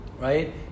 Right